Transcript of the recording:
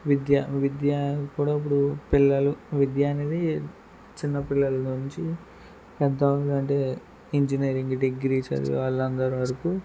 విద్య విద్య అప్పుడప్పుడు పిల్లలు విద్య అనేది చిన్న పిల్లల నుంచి పెద్దోళ్ళంటి ఇంజనీరింగ్ డిగ్రీ చదివే వాళ్ళందరూ వరకు